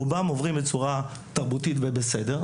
רובם עוברים בצורה תרבותית בסדר,